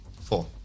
Four